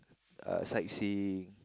uh sightseeing